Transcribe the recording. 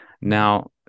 now